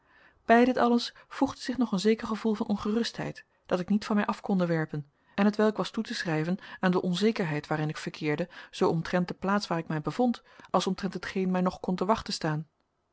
bij dit alles voegde zich nog een zeker gevoel van ongerustheid dat ik niet van mij af konde werpen en hetwelk was toe te schrijven aan de onzekerheid waarin ik verkeerde zoo omtrent de plaats waar ik mij bevond als omtrent hetgeen mij nog kon te wachten staan